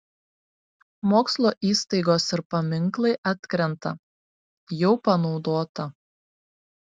mokslo įstaigos ir paminklai atkrenta jau panaudota